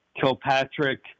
Kilpatrick